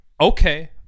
okay